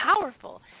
powerful